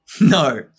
No